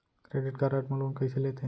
Credit card मा loan कइसे लेथे?